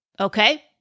Okay